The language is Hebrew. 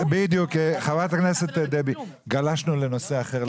חברת הכנסת דבי, גלשנו לנושא אחר.